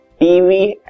TV